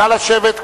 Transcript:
נא לשבת.